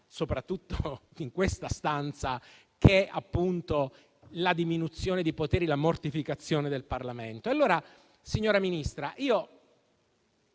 soprattutto in questa stanza - che è la diminuzione di poteri e la mortificazione del Parlamento? Signora Ministra, io